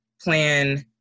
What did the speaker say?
plan